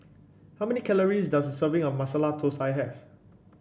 how many calories does a serving of Masala Thosai have